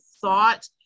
thought